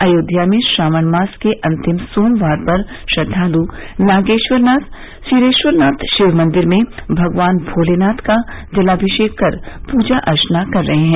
अयोध्या में श्रावण मास के अंतिम सोमवार पर श्रद्वालु नागेश्वरनाथ क्षीरेखरनाथ शिव मंदिर में भगवान भोलेनाथ का जलामिषेक कर पुजा अर्चना कर रहे हैं